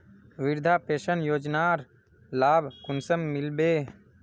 वृद्धा पेंशन योजनार लाभ कुंसम मिलबे?